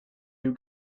you